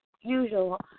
usual